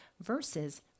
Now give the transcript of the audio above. Versus